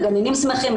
הגננים שמחים,